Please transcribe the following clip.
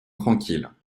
tranquilles